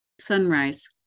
sunrise